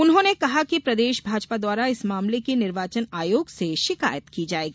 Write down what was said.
उन्होंने कहा कि प्रदेश भाजपा द्वारा इस मामले की निर्वाचन आयोग से शिकायत की जाएगी